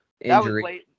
injury